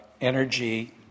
energy